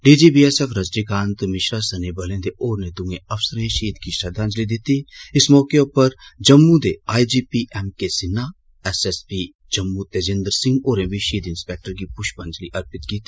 D G BSF Rajni Kant Mishra सने बले दे होरने दुए अफसरे शहीद गी श्रद्वांजलि दित्ती इस मौके उप्पर जम्मू दे I G P M K Sinha S S P Jammu Tejinder Singh होरें बी शहीद इंस्पेक्टर गी पुष्पांजलि अर्पित कीती